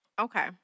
Okay